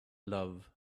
love